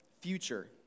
future